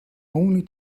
only